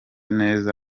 neza